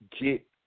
get